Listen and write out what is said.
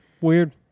weird